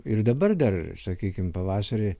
ir dabar dar sakykim pavasarį